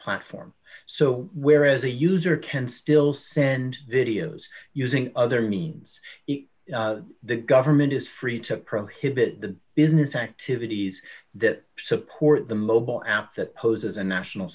platform so whereas the user can still send videos using other means the government is free to prohibit the business activities that support the mobile app that poses a national